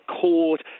court